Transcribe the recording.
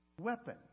weapon